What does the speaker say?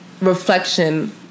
reflection